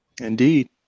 Indeed